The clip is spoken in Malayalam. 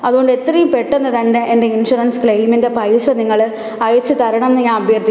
അതുകൊണ്ട് എത്രയും പെട്ടെന്ന് തന്നെ എന്റെ ഇൻഷുറൻസ് ക്ലെയിമിന്റെ പൈസ നിങ്ങൾ അയച്ചു തരണം എന്ന് ഞാൻ അഭ്യർഥിക്കുന്നു